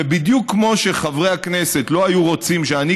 ובדיוק כמו שחברי הכנסת לא היו רוצים שאני,